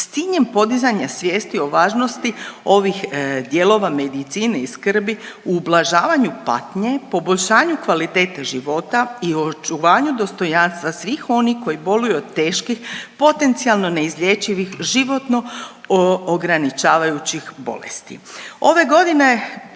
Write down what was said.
s ciljem podizanja svijesti o važnosti ovih dijelova medicine i skrbi u ublažavanju patnje, poboljšanju kvalitete života i očuvanju dostojanstva svih onih koji boluju od teških potencijalno neizlječivih životno ograničavajućih bolesti.